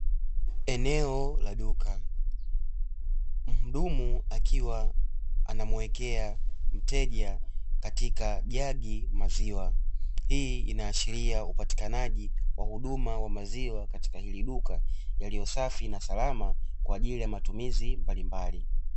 Eneo la duka muhudumu akiwa anamwekea mteja katika jagi maziwa, hii inaashiria upatikanaji wa huduma ya maziwa katika hili duka yaliyo safi na salama kwa ajili ya matumizi mbalimbali.